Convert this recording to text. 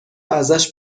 ازش